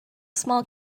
small